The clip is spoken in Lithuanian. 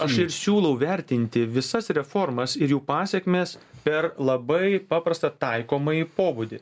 aš ir siūlau vertinti visas reformas ir jų pasekmes per labai paprastą taikomąjį pobūdį